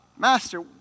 Master